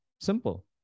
Simple